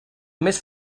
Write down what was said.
més